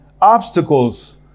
obstacles